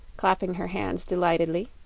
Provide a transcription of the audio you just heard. clapping her hands delightedly.